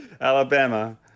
Alabama